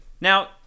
Now